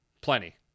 Plenty